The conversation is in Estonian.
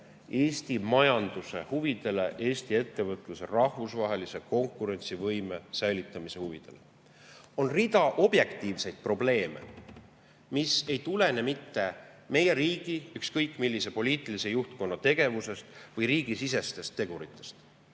Eesti majanduse huvidele, Eesti ettevõtluse rahvusvahelise konkurentsivõime säilitamise huvidele. On rida objektiivseid probleeme, mis ei tulene meie riigi ükskõik millise poliitilise juhtkonna tegevusest või riigisisestest teguritest.